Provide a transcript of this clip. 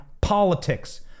politics